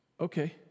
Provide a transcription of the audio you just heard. Okay